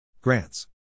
Grants